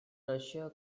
russia